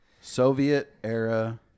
Soviet-era